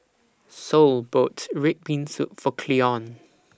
Sol bought Red Bean Soup For Cleon